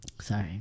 Sorry